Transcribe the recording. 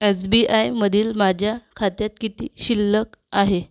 S B I मधील माझ्या खात्यात किती शिल्लक आहे